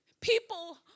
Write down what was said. people